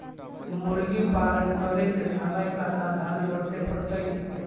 मुर्गी पालन करे के समय का सावधानी वर्तें पड़तई?